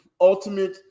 ultimate